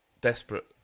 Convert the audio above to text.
desperate